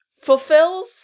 fulfills